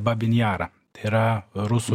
babinjarą yra rusų